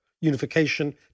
unification